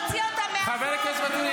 חבר הכנסת ואטורי,